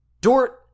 Dort